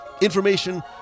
information